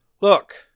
Look